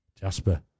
Jasper